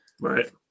Right